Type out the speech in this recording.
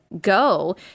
go